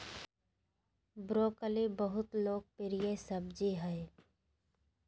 broccoli बहुत लोकप्रिय सब्जी हइ